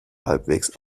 halbwegs